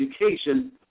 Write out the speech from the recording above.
education